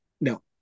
No